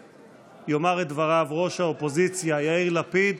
יאמר את דבריו ראש האופוזיציה יאיר לפיד,